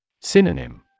Synonym